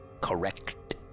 correct